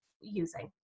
using